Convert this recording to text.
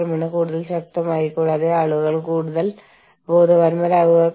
ദേശീയ അതിർത്തികൾക്കപ്പുറമുള്ള യൂണിയനുകളുടെ പ്രവർത്തനങ്ങളുടെ ഏകോപനത്തിന്റെ അഭാവം